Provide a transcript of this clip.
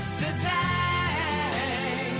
today